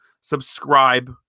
subscribe